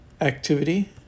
activity